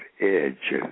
Edge